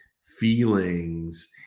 feelings